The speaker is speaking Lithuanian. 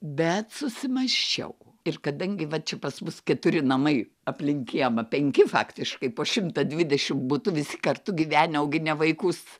bet susimąsčiau ir kadangi va čia pas mus keturi namai aplink kiemą penki faktiškai po šimtą dvidešim butų visi kartu gyvenę auginę vaikus